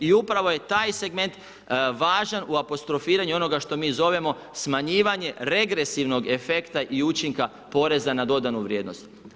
I upravo je taj segment važan u apostrofiranju onoga što mi zovemo smanjivanje regresivnog efekta i učinka poreza na dodanu vrijednost.